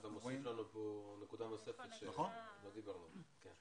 אתה מוסיף לנו פה נקודה נוספת שלא דיברנו עליה.